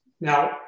Now